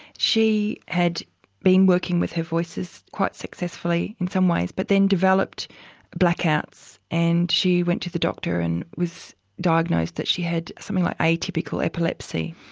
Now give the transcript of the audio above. she had been working with her voices quite successfully in some ways but then developed blackouts, and she went to the doctor and was diagnosed that she had something like atypical epilepsy.